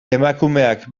emakumeak